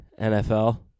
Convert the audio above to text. NFL